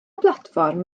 blatfform